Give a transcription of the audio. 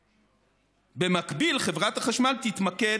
במקביל, חברת החשמל תתמקד,